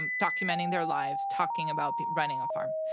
and documenting their lives, talking about running a farm.